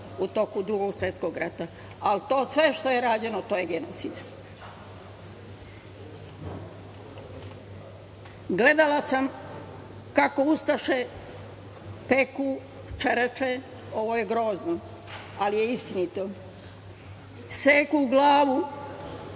u toku Drugog svetskog rata. To sve što je rađeno je genocid. Gledala sam kako ustaše peku, čereče, ovo je grozno, ali je istinito, seku glavu,